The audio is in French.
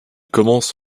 commence